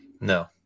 No